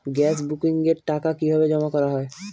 Gas বুকিংয়ের টাকা কিভাবে জমা করা হয়?